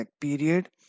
period